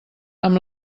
amb